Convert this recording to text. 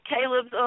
Caleb's